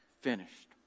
finished